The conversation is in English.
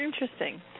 Interesting